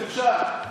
בושה וחרפה.